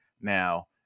Now